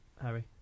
Harry